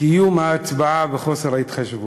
קיום ההצבעה וחוסר ההתחשבות.